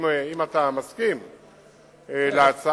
אם אתה מסכים להצעה,